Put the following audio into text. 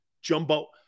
Jumbo